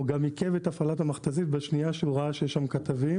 הוא גם עיכב את הפעלת המכת"זית בשנייה שהוא ראה שיש שם כתבים.